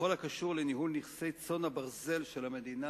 בכל הקשור לניהול נכסי צאן הברזל של המדינה,